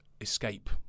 escape